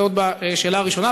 זה עוד בשאלה הראשונה.